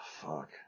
fuck